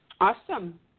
awesome